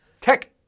Tech